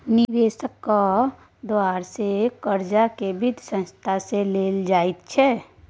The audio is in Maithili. निवेशकक द्वारा सेहो कर्जाकेँ वित्तीय संस्था सँ लेल जाइत छै